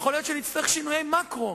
יכול להיות שנצטרך שינויי מקרו,